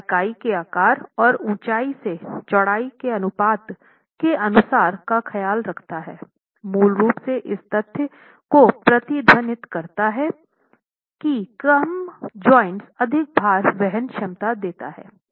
इसका इकाई के आकार और ऊंचाई से चौड़ाई के अनुपात के अनुसार का ख्याल रखता है मूल रूप से इस तथ्य को प्रतिध्वनित करता है कि कम जॉइंट्स अधिक भार वहन क्षमता देता है